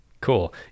cool